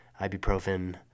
ibuprofen